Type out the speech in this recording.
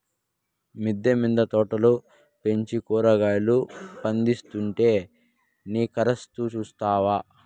మిద్దె మింద తోటలు పెంచి కూరగాయలు పందిస్తుంటే నిరాకరిస్తూ చూస్తావా